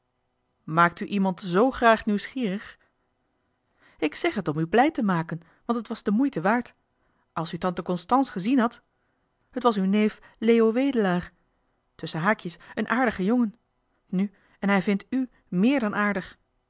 maakt u iemand z graag nieuwsgierig ik zeg het om u blij te maken want het was de moeite waard als u tante constance gezien hadt het was uw neef leo wedelaar tusschen haakjes een aardige jongen nu en hij vindt ù méér dan aardig